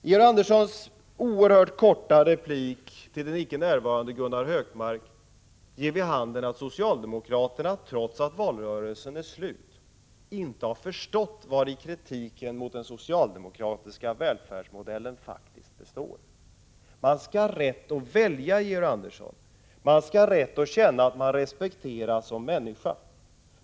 Georg Anderssons oerhört korta replik till den icke närvarande Gunnar Hökmark ger vid handen att socialdemokraterna trots att valrörelsen är slut inte har förstått vari kritiken mot den socialdemokratiska välfärdsmodellen faktiskt består. Man skall ha rätt att välja, Georg Andersson. Man skall ha rätt att känna att man respekteras som människa.